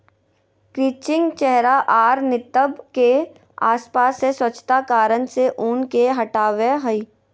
crutching चेहरा आर नितंब के आसपास से स्वच्छता कारण से ऊन के हटावय हइ